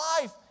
life